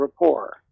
rapport